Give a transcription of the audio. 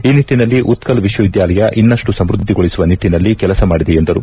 ಈ ನಿಟ್ಟನಲ್ಲಿ ಉತ್ಕಲ್ ವಿಶ್ವವಿದ್ಯಾಲಯ ಇನ್ನಪ್ಪು ಸಮ್ಬದ್ದಿಗೊಳಿಸುವ ನಿಟ್ಟಿನಲ್ಲಿ ಕೆಲಸ ಮಾಡಿದೆ ಎಂದರು